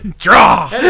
Draw